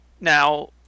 now